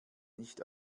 nicht